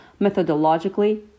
methodologically